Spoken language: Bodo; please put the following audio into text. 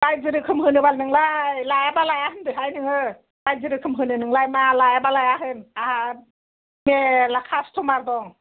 बायदि रोखोम होनो बाल नोंलाय लायाबा लाया होनदोहाय नोङो बायदि रोखोम होनो नोंलाय मा लायाबा लाया होन आंहा मेरला काष्टमार दं